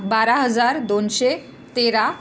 बारा हजार दोनशे तेरा